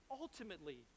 ultimately